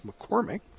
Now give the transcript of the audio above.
McCormick